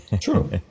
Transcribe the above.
true